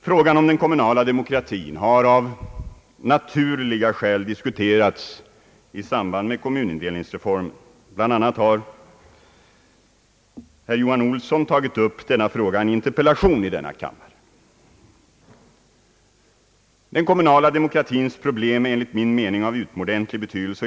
Frågan om den kommunala demokratin har av naturliga skäl diskuterats i samband med kommunindelningsreformen. Bl. a. har herr Johan Olsson tagit upp den frågan i en interpellation i denna kammare. Den kommunala demokratins problem är enligt min mening av utomordentlig betydelse.